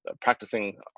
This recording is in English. practicing